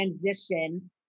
transition